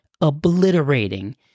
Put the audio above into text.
obliterating